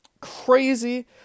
Crazy